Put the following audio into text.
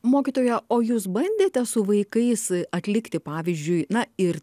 mokytoja o jūs bandėte su vaikais atlikti pavyzdžiui na ir